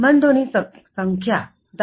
સંબંધોની સંખ્યા દા